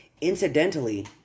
Incidentally